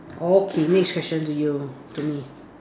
okay next question to you to me